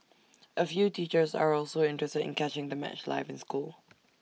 A few teachers are also interested in catching the match live in school